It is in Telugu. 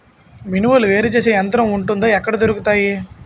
మినుములు వేరు చేసే యంత్రం వుంటుందా? ఎక్కడ దొరుకుతాయి?